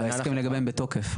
ההסכם לגביהם בתוקף.